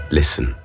listen